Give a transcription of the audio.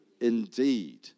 indeed